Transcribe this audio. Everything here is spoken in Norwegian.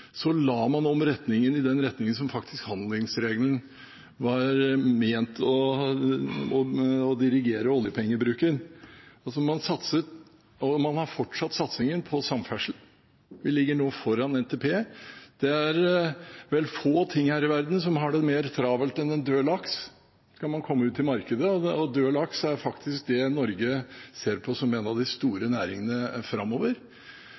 la man om til den retningen som handlingsregelen var ment å dirigere oljepengebruken. Man har fortsatt satsingen på samferdsel. Vi ligger nå foran NTP. Det er vel få ting her i verden som har det mer travelt enn en død laks skal man komme ut i markedet, og død laks er faktisk det Norge ser på som en av de store næringene framover.